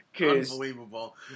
Unbelievable